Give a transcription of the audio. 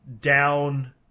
down